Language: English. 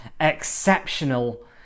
exceptional